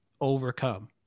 overcome